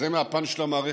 אז זה מהפן של המערכת.